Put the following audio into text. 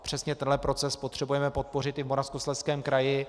Přesně tenhle proces potřebujeme podpořit i v Moravskoslezském kraji.